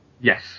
Yes